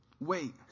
wait